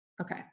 Okay